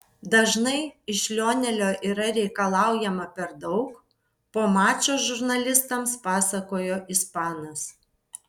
dažnai iš lionelio yra reikalaujama per daug po mačo žurnalistams pasakojo ispanas